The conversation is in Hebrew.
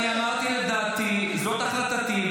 אמרתי את דעתי, זאת החלטתי.